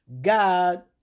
God